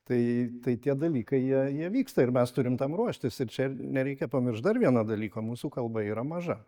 tai tai tie dalykai jie jie vyksta ir mes turim tam ruoštis ir čia nereikia pamiršt dar vieno dalyko mūsų kalba yra maža